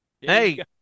Hey